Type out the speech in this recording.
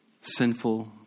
sinful